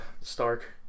Stark